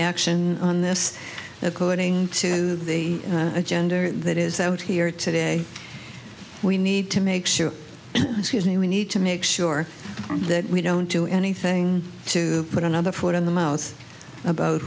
action on this according to the agenda that is out here today we need to make sure we need to make sure that we don't do anything to put another foot in the mouth about